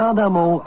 Adamo